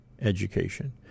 education